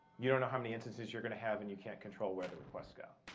you don't know how many instances you're going to have, and you can't control where the requests go.